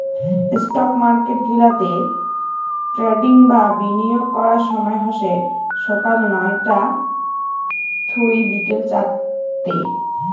stock market গিলাতে trading বা বিনিয়োগ করার সময় হসে সকাল নয়তা থুই বিকেল চারতে